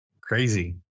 Crazy